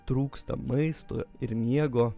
trūksta maisto ir miego